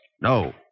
No